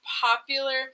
popular